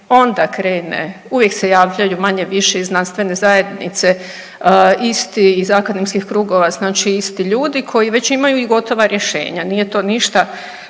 onda krene, uvijek se javljaju manje-više iz znanstvene zajednici isti iz akademskih krugova znači isti ljudi koji već imaju i gotova rješenja. Nije to ništa,